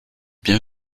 bien